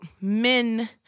men